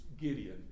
Gideon